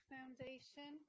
Foundation